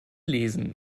lesen